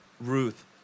Ruth